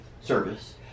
service